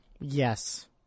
Yes